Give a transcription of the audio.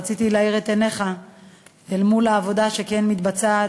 רציתי להאיר את עיניך אל מול העבודה שכן מתבצעת: